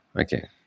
okay